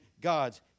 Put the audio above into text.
God's